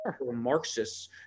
Marxists